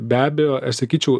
be abejo aš sakyčiau